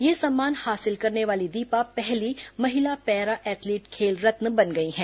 यह सम्मान हासिल करने वाली दीपा पहली महिला पैरा एथलीट खेल रत्न बन गईं हैं